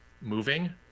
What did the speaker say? moving